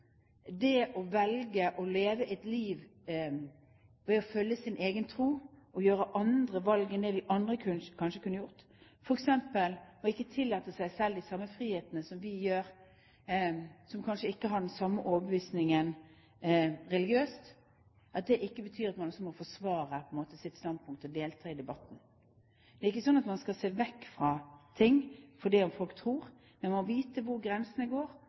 og gjøre andre valg enn det vi andre kanskje kunne gjort, f.eks. ved ikke å tillate seg selv de samme frihetene som vi gjør som kanskje ikke har den samme overbevisningen religiøst, betyr selvfølgelig ikke at man ikke må forsvare sitt standpunkt og delta i debatten. Det er ikke sånn at man skal se vekk fra ting, selv om folk tror, men man må vite hvor grensene går,